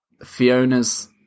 Fiona's